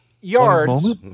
yards